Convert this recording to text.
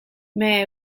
may